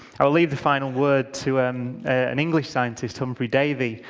i will leave the final word to um an english scientist, humphrey davy,